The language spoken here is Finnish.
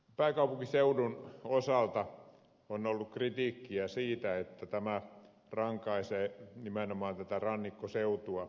pääkaupunkiseudun osalta on ollut kritiikkiä siitä että tämä rankaisee nimenomaan rannikkoseutua